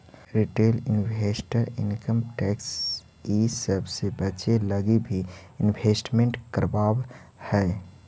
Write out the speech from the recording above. retail investor income tax इ सब से बचे लगी भी इन्वेस्टमेंट करवावऽ हई